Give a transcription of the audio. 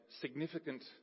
significant